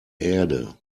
erde